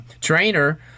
trainer